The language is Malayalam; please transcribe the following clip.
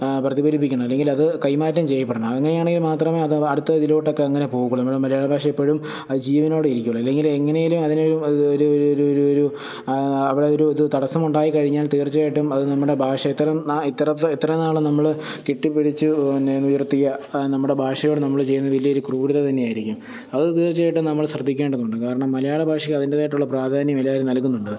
പ്രതിഫലിപ്പിക്കുന്നു അല്ലെങ്കിലത് കൈമാറ്റം ചെയ്യപ്പെടണം അങ്ങനെയാണെങ്കിൽ മാത്രമേ അത് അടുത്ത ഇതിലൂട്ടൊക്കെ അങ്ങനെ പോകുള്ളൂ നമ്മുടെ മലയാള ഭാഷ ഇപ്പോഴും അത് ജീവനോടെ ഇരിക്കുകയുള്ളൂ അല്ലെങ്കിൽ എങ്ങനെയെങ്കിലും അതിനെ ഒരു ഒരു ഒരു ഒരു ഒരു അവിടെ ഒരു ഒരു തടസ്സം ഉണ്ടായിക്കഴിഞ്ഞാൽ തീർച്ചയായിട്ടും അത് നമ്മുടെ ഭാഷ ഇത്തരം ഇത്ര എത്ര നാളാണ് നമ്മളെ കെട്ടിപ്പിടിച്ചു പിന്നെ നിർത്തിയ നമ്മുടെ ഭാഷയോട് നമ്മള് ചെയ്യുന്ന വലിയൊരു ക്രൂരത തന്നെയായിരിക്കും അത് തീർച്ചയായിട്ടും നമ്മൾ ശ്രദ്ധിക്കേണ്ടതുണ്ട് കാരണം മലയാളഭാഷ അതിൻ്റെതായിട്ടുള്ള പ്രാധാന്യം എല്ലാവരും നൽകുന്നുണ്ട്